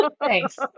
Thanks